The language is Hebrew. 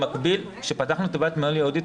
כאשר פתחנו תיבת מייל ייעודית,